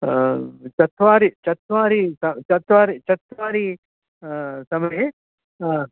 चत्वारि चत्वारि चत्वारि चत्वारि समये